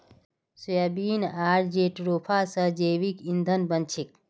soybean आर jatropha स जैविक ईंधन बन छेक